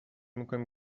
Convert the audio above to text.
میکنیم